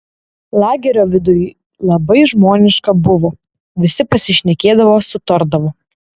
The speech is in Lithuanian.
lagerio viduj labai žmoniška buvo visi pasišnekėdavo sutardavo